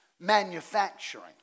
manufacturing